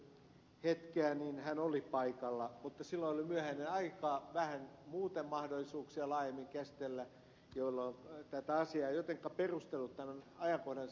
pulliaiselta että silloin kun täällä siirrettiin tätä käsittelyhetkeä niin hän oli paikalla mutta silloin oli myöhäinen aika vähän muuten mahdollisuuksia laajemmin käsitellä tätä asiaa jotenka oli perustelut tämän ajankohdan siirtymiseen